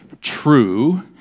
true